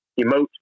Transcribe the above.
emote